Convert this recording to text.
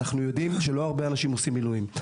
אנחנו יודעים שלא הרבה אנשים עושים מילואים.